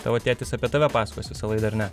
tavo tėtis apie tave pasakos visą laidą ar ne